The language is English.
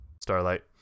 Starlight